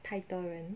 太多人